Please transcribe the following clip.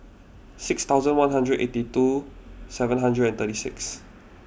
six thousand one hundred and eighty two seven hundred and thirty six